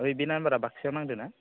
ओइ बे नाम्बारा बाक्सायाव नांदो ना